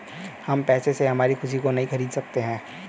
हम पैसे से हमारी खुशी को नहीं खरीदा सकते है